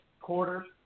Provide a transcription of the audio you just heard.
quarter